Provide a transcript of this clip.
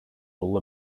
rule